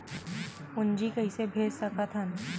पूंजी कइसे भेज सकत हन?